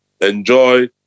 enjoy